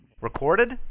Recorded